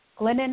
Glennon